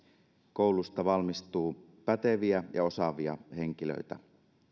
koulusta valmistuu päteviä ja osaavia henkilöitä